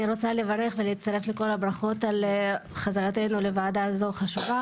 אני רוצה לברך ולהצטרף לכל הברכות על חזרתנו לוועדה החשובה הזו,